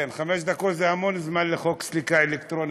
כן, חמש דקות זה המון זמן לחוק סליקה אלקטרונית.